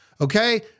okay